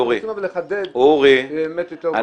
צריך לבוא ולחדד ובאמת ליצור פה --- אורי,